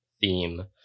theme